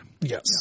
Yes